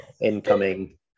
incoming